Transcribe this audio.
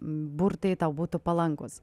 burtai tau būtų palankūs